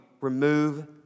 remove